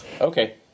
Okay